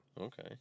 Okay